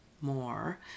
more